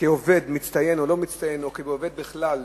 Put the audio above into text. וכעובד מצטיין או לא, או כעובד בכלל,